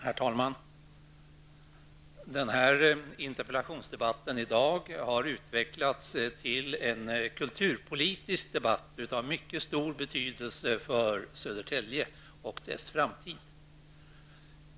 Herr talman! Dagens interpellationsdebatt har utvecklats till en kulturpolitisk debatt av mycket stor betydelse för Södertälje och dess framtid.